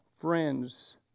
friends